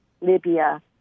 Libya